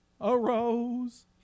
arose